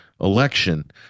election